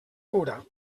cura